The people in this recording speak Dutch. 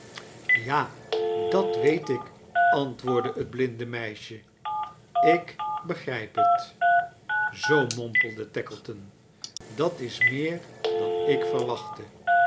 ja dat weet ik antwoordde het blinde meisje ik begrijp het zoo mompelde tackleton dat is meer dan ik verwachtte